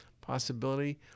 Possibility